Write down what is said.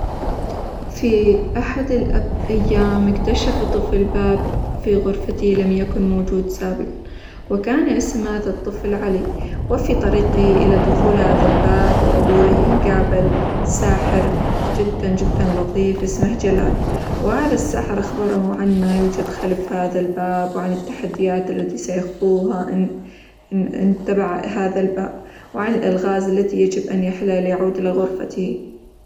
في أحد -الاي- الأيام اكتشف طفل باب في غرفته لم يكن موجود سابقًا، وكان اسم هذا الطفل علي، وفي طريقه إلى دخول هذا الباب، وعبوره قابل ساحر جدًا جدًا لطيف اسمه جلال، وهذا الساحر أخبره عن ما يوجد خلف هذا الباب، وعن التحديات التي سيخوظها -إن- إن اتبع هذا الباب، وعن الألغاز التي يجب أن يحلها ليعود إلى غرفته.